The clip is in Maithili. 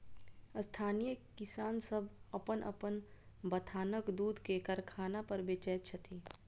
स्थानीय किसान सभ अपन अपन बथानक दूध के कारखाना पर बेचैत छथि